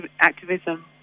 activism